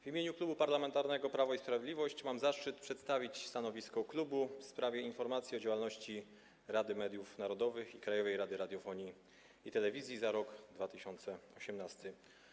W imieniu Klubu Parlamentarnego Prawo i Sprawiedliwość mam zaszczyt przedstawić stanowisko klubu w sprawie informacji o działalności Rady Mediów Narodowych i Krajowej Rady Radiofonii i Telewizji za rok 2018.